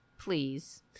Please